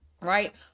right